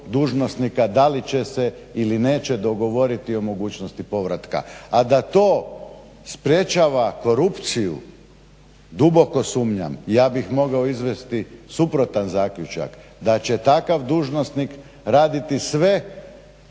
dužnosnika da li će se ili neće dogovoriti o mogućnosti povratka. A da to sprječava korupciju, duboko sumnjam. Ja bih mogao izvesti suprotan zaključak da će takav dužnosnik raditi sve